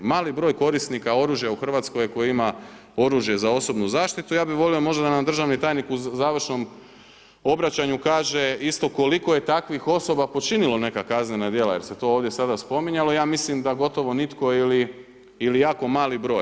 Mali broj korisnika oružja u Hrvatskoj koji ima oružje za osobnu zaštitu, ja bi volio možda da nam državni tajnik u završnom obraćanju kaže isto koliko je takvih osoba počinilo neka kaznena djela jer se to sad ovdje spominjalo, ja mislim da gotovo nitko ili jako mali broj.